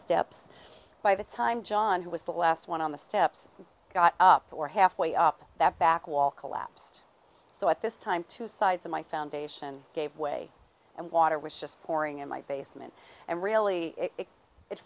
steps by the time john who was the last one on the steps got up for halfway up that back wall collapsed so at this time two sides of my foundation gave way and water was just pouring in my basement and really it